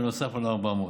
בנוסף על ה-400.